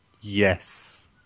Yes